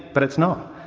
but it's not.